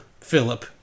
Philip